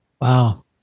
Wow